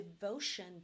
devotion